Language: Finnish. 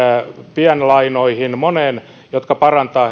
pienlainoihin moniin asioihin jotka parantavat